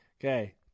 Okay